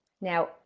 Now